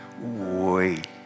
Wait